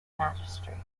magistrate